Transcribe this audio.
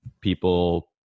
People